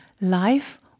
life